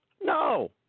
No